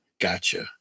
gotcha